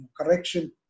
correction